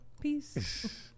peace